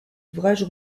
ouvrages